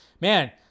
Man